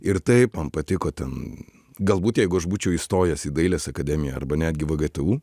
ir taip man patiko ten galbūt jeigu aš būčiau įstojęs į dailės akademiją arba netgi vgtu